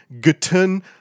Guten